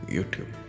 YouTube